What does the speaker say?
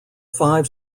five